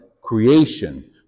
creation